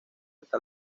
esta